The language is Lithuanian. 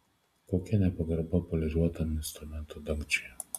kokia nepagarba poliruotam instrumento dangčiui